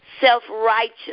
Self-righteous